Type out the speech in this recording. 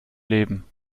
leben